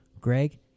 Greg